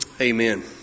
Amen